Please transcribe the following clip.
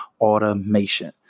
automation